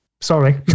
sorry